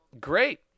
great